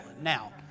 now